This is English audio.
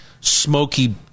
smoky